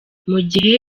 mugihe